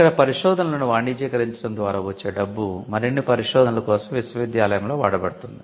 ఇక్కడ పరిశోధనలను వాణిజ్యీకరించడం ద్వారా వచ్చే డబ్బు మరిన్ని పరిశోధనల కోసం విశ్వవిద్యాలయంలో వాడబడుతుంది